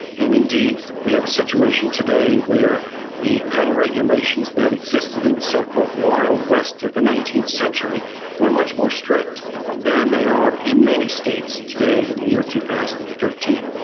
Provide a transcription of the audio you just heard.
and indeed we have a situation today where the gun regulations that existed in the so-called wild west of the nineteenth century were much more strict than they are in many states today in the year two thousand and thirteen.